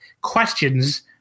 questions